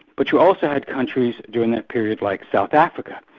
but you also had countries during that period like south africa,